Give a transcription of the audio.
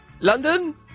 London